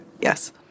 Yes